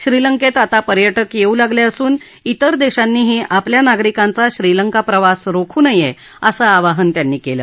श्रीलंकेत आता पर्यटक येऊ लागले असून त्रेर देशांनीही आपल्या नागरिकांचा श्रीलंका प्रवास रोखू नये असं आवाहन त्यांनी केलं